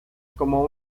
como